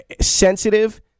sensitive